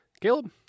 Caleb